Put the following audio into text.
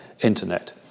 Internet